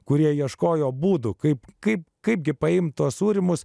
kurie ieškojo būdų kaip kaip kaipgi paimt tuos sūrymus